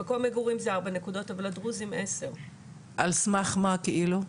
המקום מגורים זה 4 נקודות אבל הדרוזים 10. על סמך כאילו?